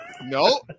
No